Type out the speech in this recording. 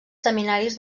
seminaris